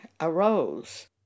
arose